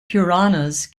puranas